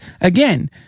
again